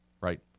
right